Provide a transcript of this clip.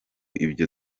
ibyo